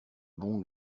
bon